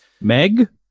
Meg